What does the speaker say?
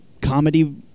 comedy